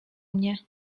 mnie